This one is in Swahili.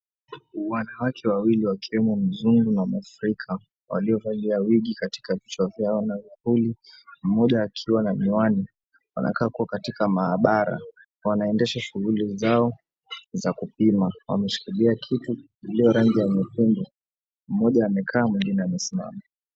Wanawake wawili wakiwemo mzungu na mwafrika waliovalia wigi katika vichwa vyao na vipuli. Mmoja akiwa na miwani anakaa kuwa katika maabara. Wanaendesha shughuli zao za kupima. Wameshikilia kitu iliyo rangi ya nyekundu. Mmoja amekaa mwengine amesimama.